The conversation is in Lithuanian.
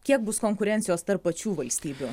kiek bus konkurencijos tarp pačių valstybių